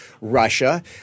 Russia